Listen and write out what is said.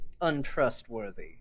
untrustworthy